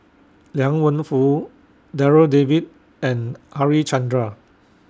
Liang Wenfu Darryl David and Harichandra